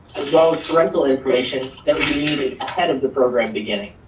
as well as rental information that we needed ahead of the program beginning.